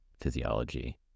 physiology